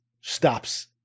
stops